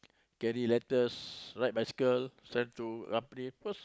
carry letters ride bicycle send to apa